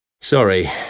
Sorry